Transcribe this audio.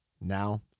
Now